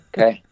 Okay